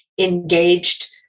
engaged